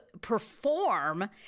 perform –